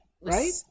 right